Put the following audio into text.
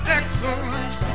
excellence